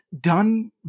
done